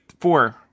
four